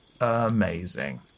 amazing